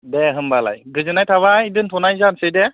दे होनबालाय गोजोनाय थाबाय दोनथ'नाय जानोसै दे